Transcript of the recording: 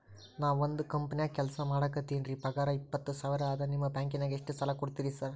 ನಾನ ಒಂದ್ ಕಂಪನ್ಯಾಗ ಕೆಲ್ಸ ಮಾಡಾಕತೇನಿರಿ ಪಗಾರ ಇಪ್ಪತ್ತ ಸಾವಿರ ಅದಾ ನಿಮ್ಮ ಬ್ಯಾಂಕಿನಾಗ ಎಷ್ಟ ಸಾಲ ಕೊಡ್ತೇರಿ ಸಾರ್?